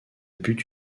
but